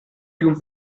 più